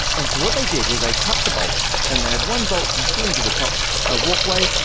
and so what they did was they cut the bolts and they had one bolt from the ceiling to the top a walkway.